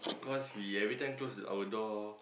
cause we every time close our door